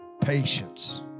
patience